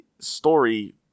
story